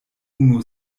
unu